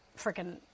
freaking